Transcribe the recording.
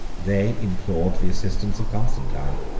they implored the assistance of constantine.